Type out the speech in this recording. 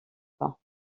pas